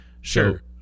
Sure